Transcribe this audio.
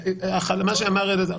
כפי שאמר אלעזר,